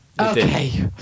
Okay